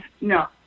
No